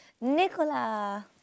Nicola